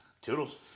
Toodles